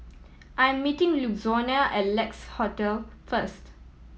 I am meeting Louanna at Lex Hotel first